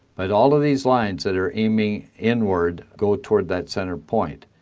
but all of these lines that are aiming inward, go toward that center point.